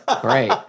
Great